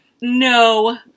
No